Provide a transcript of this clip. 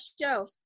show